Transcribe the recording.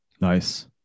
Nice